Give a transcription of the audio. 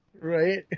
Right